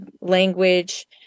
language